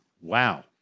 Wow